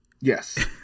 Yes